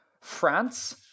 France